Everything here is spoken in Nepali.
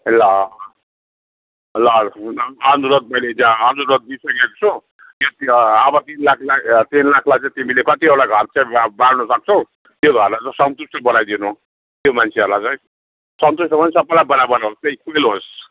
ल ल ल हुन् अनुरोध मैले अनुरोध दिसकेको छु अब तिन लाखलाई तिन लाखलाई चाहिँ तिमीले कतिवटा घर चाहिँ अब बाँडनु सक्छौ त्यो घरलाई चाहिँ सन्तुष्ट बनाइदिनु त्यो मान्छेहरूलाई चाहिँ सन्तुष्ट पनि सबैलाई बराबर होसै इक्वल होस्